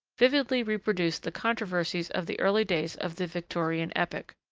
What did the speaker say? vividly reproduce the controversies of the early days of the victorian epoch.